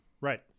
Right